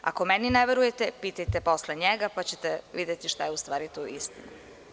Ako meni ne verujete, pitajte posle njega, pa ćete videti šta je u stvari tu istina.